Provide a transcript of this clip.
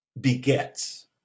begets